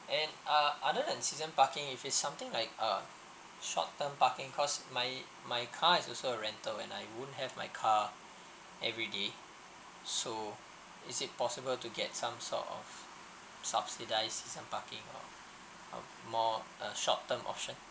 and uh other than season parking if it's something like uh short term parking cause my my car is also a rental and I won't have my car everyday so is it possible to get some sort of subsidized season parking or um more uh short term option